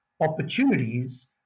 opportunities